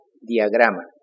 diagrama